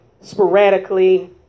sporadically